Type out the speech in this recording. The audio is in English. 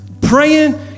praying